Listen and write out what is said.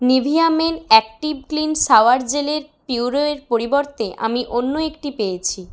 Nivea men active clean shower জেলের pure এর পরিবর্তে আমি অন্য একটি পেয়েছি